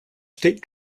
state